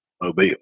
Mobile